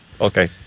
Okay